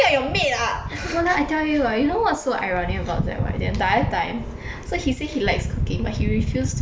orh no I tell you ah you know what's so ironic about that right the entire time so he say he likes cooking but he refuse to cook